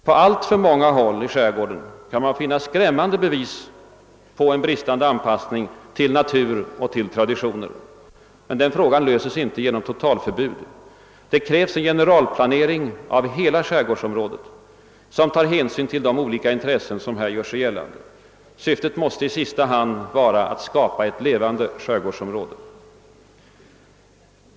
På alltför många håll i skärgården kan man finna skrämmande bevis på bristande anpassning till natur och traditioner. Den frågan kan emellertid icke lösas genom totalförbud. Det krävs en generalplanering av hela skärgårdsområdet, som tar hänsyn till de skilda intressen som här gör sig gällande. Syftet måste i sista hand vara att skapa ett levande skärgårdsområde.